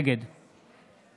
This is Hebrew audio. נגד